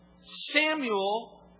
Samuel